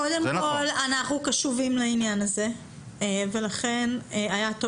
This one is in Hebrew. קודם כל אנחנו קשובים לעניין הזה ולכן היה טוב